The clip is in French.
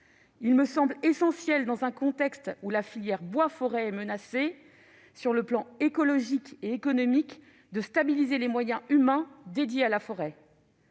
Il me semble essentiel, dans un contexte où la filière bois-forêt est menacée écologiquement et économiquement, de stabiliser les moyens humains dédiés à la forêt.